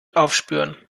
aufspüren